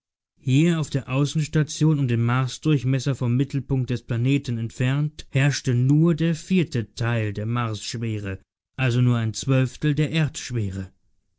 hier auf der außenstation um den marsdurchmesser vom mittelpunkt des planeten entfernt herrschte nur der vierte teil der marsschwere also nur ein zwölftel der